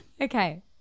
Okay